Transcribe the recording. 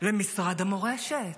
למשרד המורשת.